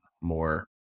more